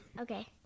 Okay